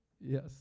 Yes